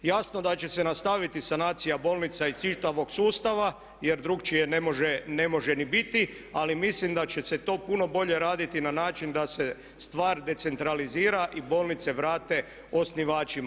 Jasno da će se nastaviti sanacija bolnica i čitavog sustava jer drukčije ne može ni biti ali mislim da će se to puno bolje raditi na način da se stvar decentralizira i bolnice vrate osnivačima.